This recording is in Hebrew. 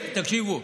תקשיבו,